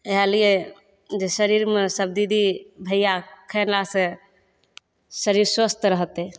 इहए लिए जे शरीरमे सब दीदी भैया खयलासँ शरीर स्वस्थ्य रहतै